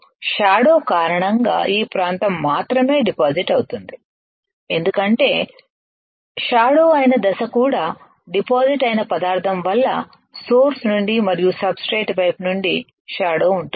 shadow కారణంగా ఈ ప్రాంతం మాత్రమే డిపాజిట్ అవుతుంది ఎందుకంటే షాడో అయిన దశ కూడా డిపాజిట్ అయిన పదార్థం వల్ల సోర్స్ నుండి మరియు సబ్ స్ట్రేట్ వైపు నుండి షాడో ఉంటుంది